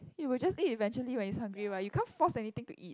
it would just eat eventually when it's hungry what you can't force anything to eat